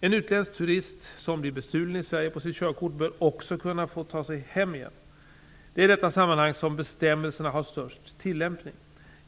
En utländsk turist som blir bestulen i Sverige på sitt körkort bör också kunna få ta sig hem igen. Det är i detta sammanhang som bestämmelserna har störst tillämpning.